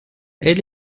elle